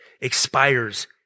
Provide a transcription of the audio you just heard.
expires